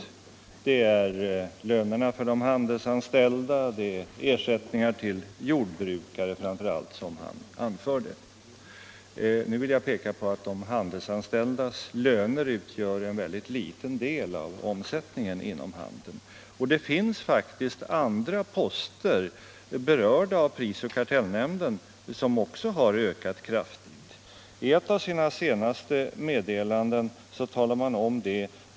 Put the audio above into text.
Han anförde här framför allt lönerna för de handelsanställda och ersättningar till jordbrukare. Jag vill påpeka att de handelsanställdas löner utgör en mycket liten del av omsättningen inom handeln. Det finns faktiskt andra poster, berörda av prisoch kartellnämnden, som också har ökat kraftigt. I ett av sina senaste meddelanden talar man om det.